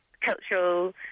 cultural